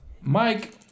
Mike